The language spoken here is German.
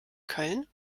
köln